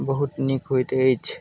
बहुत नीक होइत अछि